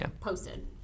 posted